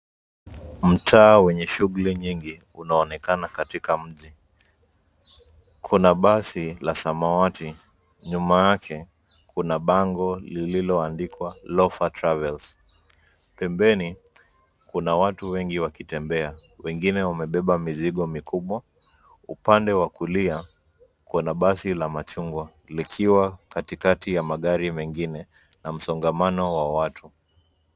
Mtaa wenye shughuli nyingi unaonekana katika mji. Kuna basi la samawati, nyuma yake kuna bango lililoandikwa Lofa Travels. Pembeni, kuna watu wengi wakitembea; wengine wamebeba mizigo mikubwa. Upande wa kulia, kuna basi la machungwa likiwa katikati ya magarii mengine na msongamano wa watu.